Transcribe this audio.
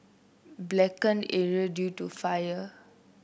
blackened area due to the fire